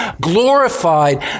glorified